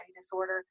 disorder